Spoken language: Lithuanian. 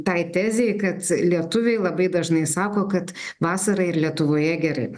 tai tezei kad lietuviai labai dažnai sako kad vasarą ir lietuvoje gerai